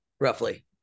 roughly